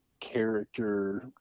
character